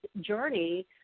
journey